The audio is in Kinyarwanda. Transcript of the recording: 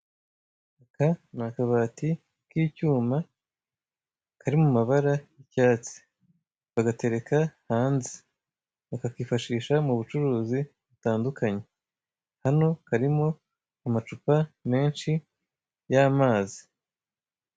Aka ni akabati k'icyuma kari mu mabara y'icyatsi, bagatereka hanze bakakifashisha mu bucuruzi butandukanye, hano harimo amacupa menshi y'amazi.